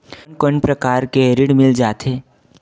कोन कोन प्रकार के ऋण मिल जाथे?